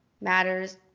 matters